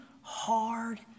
hard